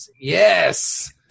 Yes